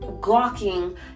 gawking